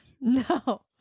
No